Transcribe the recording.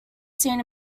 seen